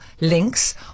links